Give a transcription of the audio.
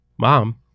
Mom